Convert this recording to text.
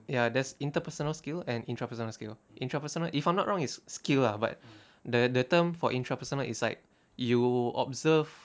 ya there's interpersonal skill and intrapersonal skill intrapersonal if I'm not wrong is skill lah but the the term for intrapersonal is like you observe